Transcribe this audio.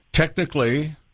Technically